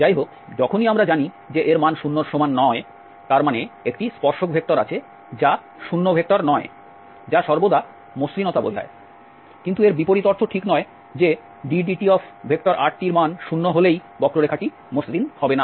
যাইহোক যখনই আমরা জানি যে এর মান 0 এর সমান নয় তার মানে একটি স্পর্শক ভেক্টর আছে যা শূন্য ভেক্টর নয় যা সর্বদা মসৃণতা বোঝায় কিন্তু এর বিপরীত অর্থ ঠিক নয় যে drtdt এর মান 0 হলেই বক্ররেখা টি মসৃণ হবে না